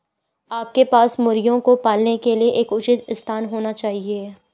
आपके पास मुर्गियों को पालने के लिए एक उचित स्थान होना चाहिए